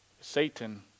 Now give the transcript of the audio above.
Satan